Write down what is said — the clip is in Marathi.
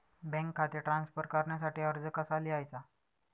बँक खाते ट्रान्स्फर करण्यासाठी अर्ज कसा लिहायचा?